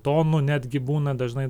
tonų netgi būna dažnai